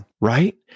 Right